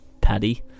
Paddy